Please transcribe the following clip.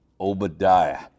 Obadiah